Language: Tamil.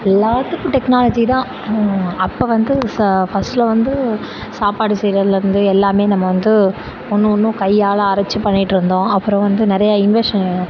எல்லாத்துக்கும் டெக்னாலஜி தான் அப்போ வந்து ச ஃபர்ஸ்ட்டில் வந்து சாப்பாடு செய்கிறதுலருந்து எல்லாமே நம்ம வந்து ஒன்றும் ஒன்றும் கையால் அரைத்து பண்ணிட்டிருந்தோம் அப்புறம் வந்து நிறையா இன்வெஷன்